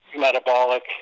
metabolic